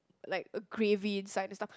like gravy inside the stuff